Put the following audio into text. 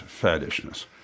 faddishness